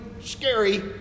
scary